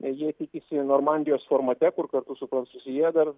jie tikisi normandijos formate kur kartu su prancūzija dar